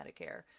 Medicare